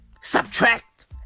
subtract